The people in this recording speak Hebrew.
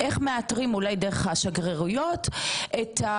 את אותם עובדים שלא דרשו את הכסף שלהם,